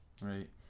right